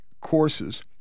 courses